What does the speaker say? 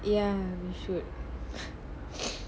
ya we should